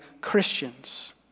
christians